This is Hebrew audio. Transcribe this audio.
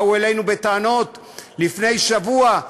באו אלינו בטענות לפני שבוע,